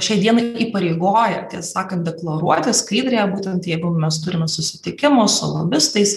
šiai dienai įpareigoja tiesą sakant deklaruoti skaidriąją būtent jeigu mes turime susitikimus su lobistais